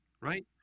Right